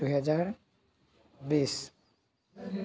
দুহেজাৰ বিশ